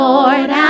Lord